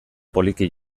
poliki